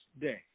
day